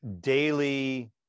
daily